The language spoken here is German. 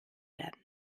werden